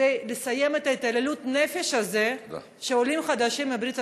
כדי לסיים את התעללות הנפשית הזאת שעולים חדשים מברית